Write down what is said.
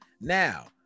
Now